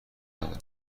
ندارن